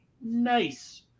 Nice